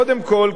קודם כול,